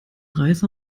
reis